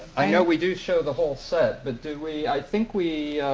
i know we do show the whole set, but do we, i think we,